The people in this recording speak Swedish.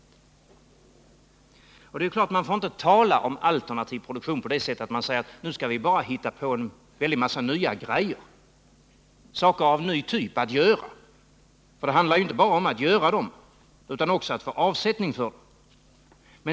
Naturligtvis får man inte tala om alternativ produktion på det sättet att man säger, att nu skall vi hitta på en väldig massa saker av ny typ att göra, för det handlar inte bara om att göra dem utan också om att få avsättning för dem.